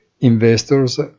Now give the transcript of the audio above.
Investors